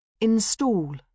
Install